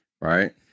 right